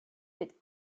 with